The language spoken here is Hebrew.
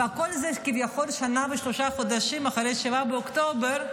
וכל זה כביכול שנה ושלושה חודשים אחרי 7 באוקטובר,